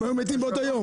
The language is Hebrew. הם היו מתים באותו יום.